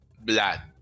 Blood